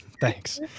Thanks